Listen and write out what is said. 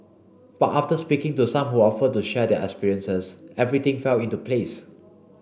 but after speaking to some who offered to share their experiences everything fell into place